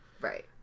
Right